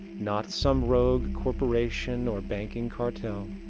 not some rogue corporation or banking cartel,